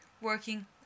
working